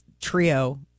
Trio